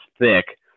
thick